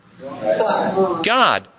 God